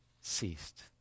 ceased